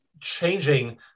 changing